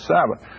Sabbath